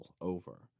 over